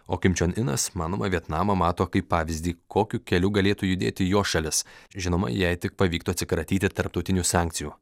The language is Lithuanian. o kim čion inas manoma vietnamą mato kaip pavyzdį kokiu keliu galėtų judėti jo šalis žinoma jei tik pavyktų atsikratyti tarptautinių sankcijų